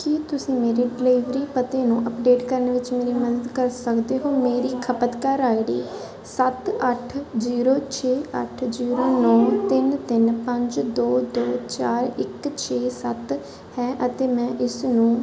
ਕੀ ਤੁਸੀਂ ਮੇਰੇ ਡਿਲਿਵਰੀ ਪਤੇ ਨੂੰ ਅੱਪਡੇਟ ਕਰਨ ਵਿੱਚ ਮੇਰੀ ਮਦਦ ਕਰ ਸਕਦੇ ਹੋ ਮੇਰੀ ਖਪਤਕਾਰ ਆਈ ਡੀ ਸੱਤ ਅੱਠ ਜ਼ੀਰੋ ਛੇ ਅੱਠ ਜ਼ੀਰੋ ਨੌ ਤਿੰਨ ਤਿੰਨ ਪੰਜ ਦੋ ਦੋ ਚਾਰ ਇੱਕ ਛੇ ਸੱਤ ਹੈ ਅਤੇ ਮੈਂ ਇਸ ਨੂੰ